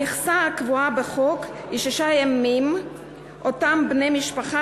המכסה הקבועה בחוק היא שישה ימים שאותם בני משפחה